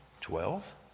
twelve